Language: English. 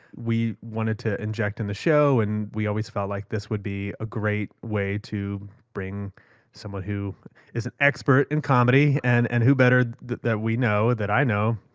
we wanted to inject in the show, and we always felt like this would be a great way to bring someone who is an expert in comedy, and and who better, that that we know that i know,